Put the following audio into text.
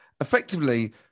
effectively